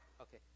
Okay